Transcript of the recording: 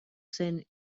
zen